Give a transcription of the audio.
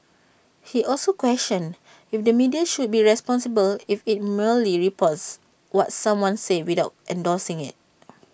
he also questioned if the media should be responsible if IT merely reports what someone says without endorsing IT